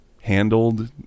handled